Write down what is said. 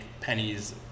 pennies